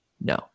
No